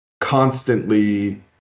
constantly